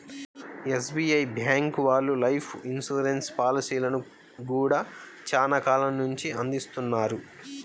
SBI bank వాళ్ళు life insurance పాలసీలను గూడా చానా కాలం నుంచే అందిత్తన్నారు